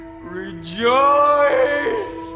Rejoice